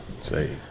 Say